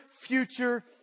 future